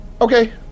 Okay